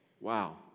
Wow